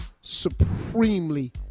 supremely